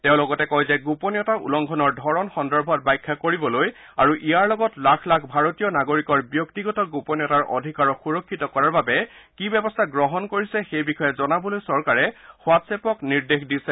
তেওঁ লগতে কয় যে গোপনীয়তা উলংঘনৰ ধৰণ সন্দৰ্ভত ব্যাখ্যা কৰিবলৈ আৰু ইয়াৰ লগতে লাখ লাখ ভাৰতীয় নাগৰিকৰ ব্যক্তিগত গোপনীয়তাৰ অধিকাৰক সুৰক্ষিত কৰাৰ বাবে কি ব্যৱস্থা গ্ৰহণ কৰিছে সেই বিষয়ে জনাবলৈ চৰকাৰে হোৱাট্ছএপক নিৰ্দেশ দিছে